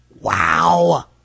Wow